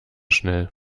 schnell